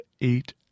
eight